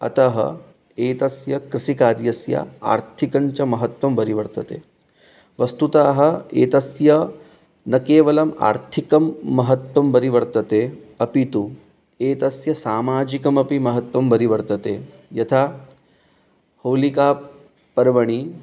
अतः एतस्य कृषिकार्यस्य आर्थिकञ्च महत्त्वं वरीवर्तते वस्तुतः एतस्य न केवलम् आर्थिकं महत्त्वं वरीवर्तते अपि तु एतस्य सामाजिकमपि महत्त्वं वरीवर्तते यथा होलिकापर्वणि